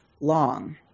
long